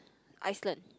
Iceland